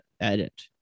edit